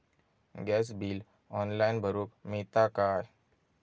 Gas bill online भरुक मिळता काय?